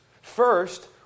First